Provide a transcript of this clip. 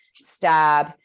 stab